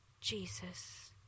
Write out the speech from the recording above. Jesus